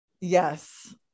Yes